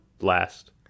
last